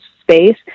space